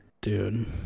Dude